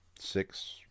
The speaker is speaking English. Six